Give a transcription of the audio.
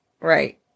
right